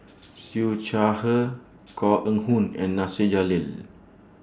Siew Shaw Her Koh Eng Hoon and Nasir Jalil